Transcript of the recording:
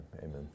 amen